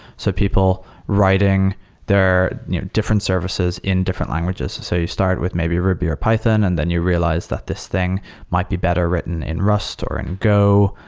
so people writing their different services in different languages. so you start with maybe ruby or python and then you realize that this thing might be better written in rust, or in and go,